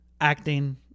acting